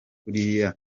kuriya